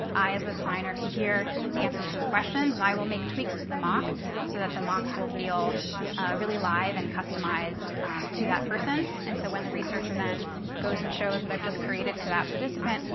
i, as the designer, can hear the answers to the questions, and i will make tweaks to the mock so that the mock will feel really live and customized to that person. and so when the researcher then goes and shows what i've just created to that participant,